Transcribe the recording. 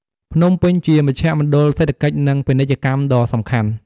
ភ្នំពេញជាមជ្ឈមណ្ឌលសេដ្ឋកិច្ច និង ពាណិជ្ជកម្មដ៏សំខាន់។